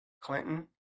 Clinton